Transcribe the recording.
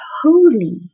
holy